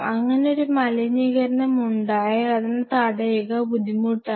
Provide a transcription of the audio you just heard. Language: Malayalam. അങ്ങനെ ഒരു മലിനീകരണം ഉണ്ടായാൽ അതിനെ തടയുക ബുദ്ധിമുട്ടാണ്